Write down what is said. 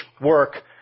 work